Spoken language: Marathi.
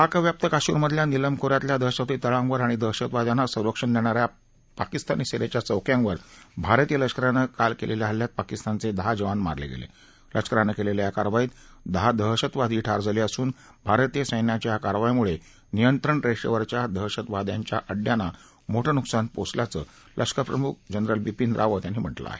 पाकव्याप्त काश्मीर मधल्या निलम खो यातल्या दहशतवादी तळांवर आणि दहशतवाद्यांना संरक्षण देणाऱ्या पाकिस्तानी सेनेच्या चौक्यांवर भारतीय लष्करानं काल हल्ल्यात पाकिस्तानचे दहा जवान मारले गेले लष्करानं केलेल्या या कारवाईत दहा दहशतवादीही ठार झाले असून भारतीय सैन्याच्या या कारवाईमुळे नियत्रंण रेषेवरच्या दहशवाद्यांच्या आड्याना मोठं नुकसान पोहचल्याचं लष्कर प्रमुख जनरल बिपीन रावत यांनी म्हटलं आहे